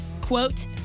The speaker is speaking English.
quote